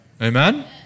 Amen